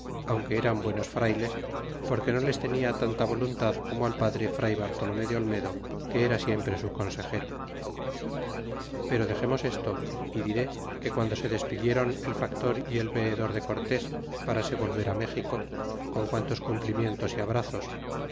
aunque eran buenos frayles porque no les tenia tanta voluntad como al padre fray bartolomé de olmedo que era siempre su consejero pero dexemos esto y diré que guando se despidieron el factor y el veedor de cortés para se volver méxico con quantos cumplimientos y abrazos